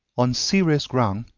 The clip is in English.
on serious ground,